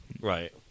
right